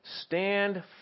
Stand